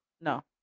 no